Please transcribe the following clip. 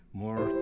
more